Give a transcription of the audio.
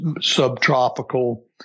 subtropical